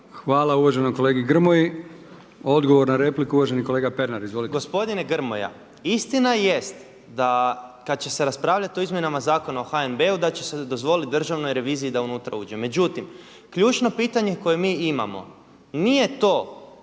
Hvala uvaženom kolegi Grmoji. Odgovor na repliku uvaženi kolega Pernar. Izvolite. **Pernar, Ivan (Abeceda)** Gospodine Grmoja, istina jest kada će se raspravljati o Izmjenama zakona o HNB-u da će se dozvoliti državnoj reviziji da unutra uđe. Međutim, ključno pitanje koje mi imamo nije to